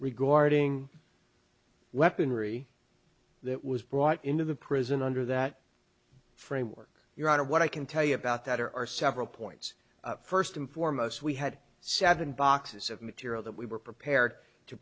regarding weaponry that was brought into the prison under that framework your honor what i can tell you about that are our several points first and foremost we had seven boxes of material that we were prepared to